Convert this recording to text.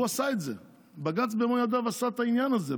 הוא עשה את זה, בג"ץ במו ידיו עשה את העניין הזה.